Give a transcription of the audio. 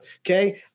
Okay